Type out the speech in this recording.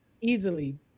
Easily